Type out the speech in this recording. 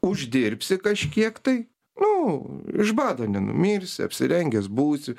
uždirbsi kažkiek tai nu iš bado nenumirsi apsirengęs būsi